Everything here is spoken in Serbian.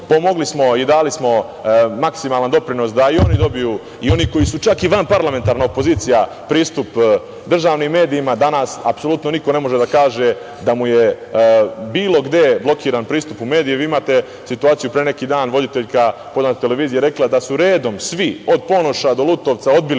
Pomogli smo i dali smo maksimalan doprinos da i oni dobiju, i oni koji su čak vanparlamentarna opozicija pristup državnim medijima. Danas apsolutno niko ne može da kaže da mu je bilo gde blokiran pristup u medijima. Vi imate situaciju gde je pre neki dan voditeljka poznate televizije rekla da su redom svi od Ponoša do Lutovca odbili